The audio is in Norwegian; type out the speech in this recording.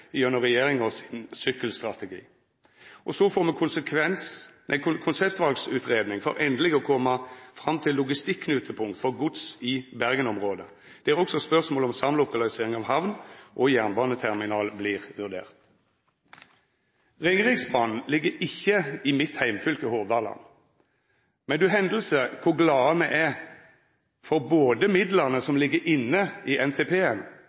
gjennom regjeringa sin sykkelstrategi. Så får me ei konseptvalutgreiing for endeleg å koma fram til logistikknutepunkt for gods i Bergens-området, der også spørsmålet om samlokalisering av hamn og jernbaneterminal vert vurdert. Ringeriksbanen ligg ikkje i mitt heimfylke, Hordaland, men du kor glade me er for både midlane som ligg inne i